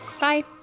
Bye